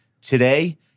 today